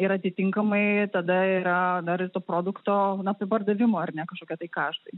ir atitinkamai tada yra dar produkto su pardavimu ar ne kažkokie tai kaštai